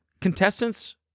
contestants